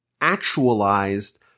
actualized